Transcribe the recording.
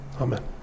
Amen